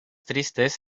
tristes